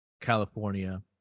California